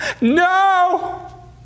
no